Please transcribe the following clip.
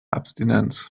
abstinenz